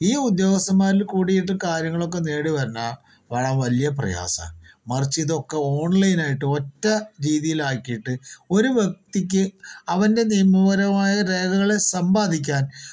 ഈ ഉദ്യോഗസ്ഥൻമാരിൽ കുടിട്ട് കാര്യങ്ങൾ ഒക്കെ നേടുവെന്ന് പറഞ്ഞാൽ കാണാൻ ഭയങ്കര പ്രയാസാ മറിച്ചു ഇത് ഒക്കെ ഓൺലൈനിൽ ആക്കിട്ടു ഒറ്റ രീതിയിൽ ആക്കിട്ട് ഒരു വ്യക്തിക്ക് അവൻ്റെ നിയമപരമായ രേഖകൾ സമ്പാദിക്കാൻ